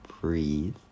breathe